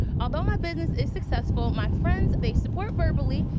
although my business is successful, my friends, they support verbally,